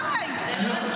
די.